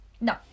No